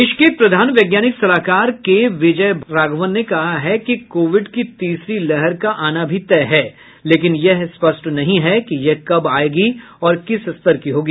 देश के प्रधान वैज्ञानिक सलाहकार के विजय राघवन ने कहा है कि कोविड की तीसरी लहर का आना भी तय है लेकिन यह स्पष्ट नहीं है कि यह कब आयेगी और किस स्तर की होगी